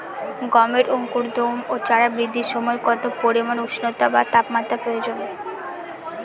গমের অঙ্কুরোদগম ও চারা বৃদ্ধির সময় কত পরিমান উষ্ণতা বা তাপমাত্রা প্রয়োজন?